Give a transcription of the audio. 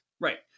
Right